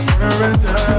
Surrender